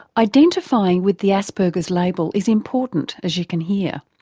identifying with the asperger's label is important, as you can hear.